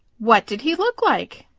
what did he look like?